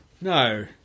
No